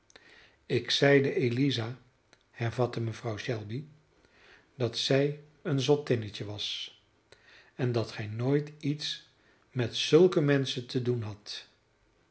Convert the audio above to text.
ik zeide eliza hervatte mevrouw shelby dat zij een zottinnetje was en dat gij nooit iets met zulke menschen te doen hadt